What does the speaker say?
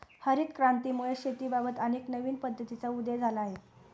हरित क्रांतीमुळे शेतीबाबत अनेक नवीन पद्धतींचा उदय झाला आहे